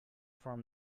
from